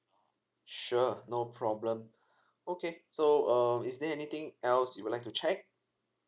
sure no problem okay so um is there anything else you would like to check